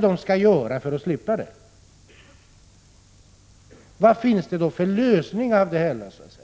de göra för att få slippa det? Vad finns det då för lösningar?